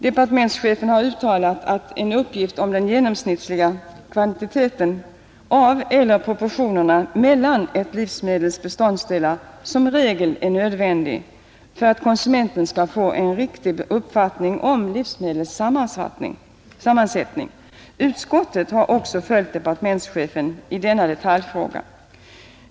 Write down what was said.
Departementschefen har uttalat, att uppgift om den genomsnittliga kvantiteten av eller proportionerna mellan ett livsmedels beståndsdelar som regel är nödvändig för att konsumenterna skall få en riktig uppfattning om livsmedlets sammansättning. Utskottet har också följt departementschefen i denna detaljfråga.